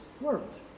world